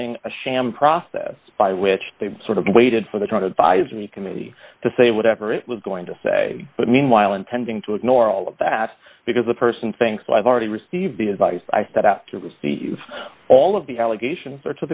running a sham process by which they sort of waited for the trying to advise the committee to say whatever it was going to say but meanwhile intending to ignore all of that because the person thinks i've already received the advice i set out to receive all of the allegations or